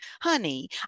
honey